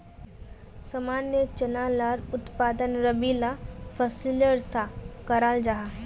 सामान्य चना लार उत्पादन रबी ला फसलेर सा कराल जाहा